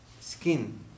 skin